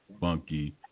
funky